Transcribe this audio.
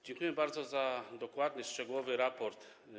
Dziękuję bardzo za dokładny, szczegółowy raport.